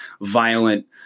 violent